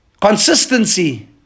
consistency